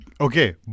Okay